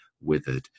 withered